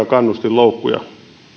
kannustinloukkuja